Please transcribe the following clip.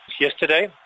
yesterday